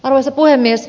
arvoisa puhemies